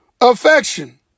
affection